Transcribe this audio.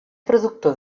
productor